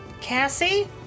Cassie